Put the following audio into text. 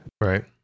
Right